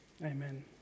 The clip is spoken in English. Amen